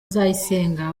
nzayisenga